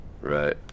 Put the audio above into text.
Right